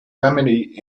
remedy